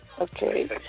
Okay